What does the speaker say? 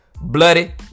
Bloody